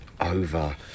Over